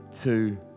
two